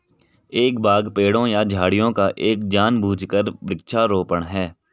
एक बाग पेड़ों या झाड़ियों का एक जानबूझकर वृक्षारोपण है